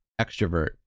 extrovert